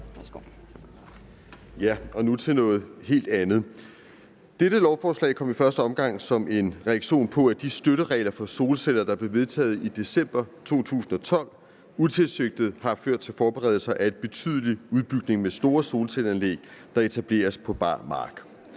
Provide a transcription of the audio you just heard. Ja, og nu til noget helt andet. Dette lovforslag kom i første omgang som en reaktion på, at de støtteregler for solceller, der blev vedtaget i december 2012, utilsigtet har ført til forberedelser af en betydelig udbygning med store solcelleanlæg, der etableres på bar mark.